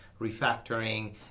refactoring